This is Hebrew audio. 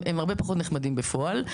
הם הרבה פחות נחמדים בפועל.